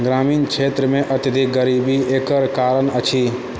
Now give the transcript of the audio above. ग्रामीण क्षेत्रमे अत्यधिक गरीबी एकर कारण अछि